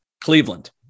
Cleveland